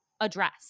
address